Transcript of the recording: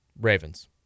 Ravens